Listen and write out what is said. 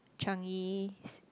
Changi ci~